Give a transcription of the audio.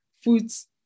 foods